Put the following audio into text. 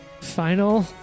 Final